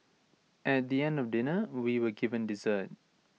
at the end of dinner we were given dessert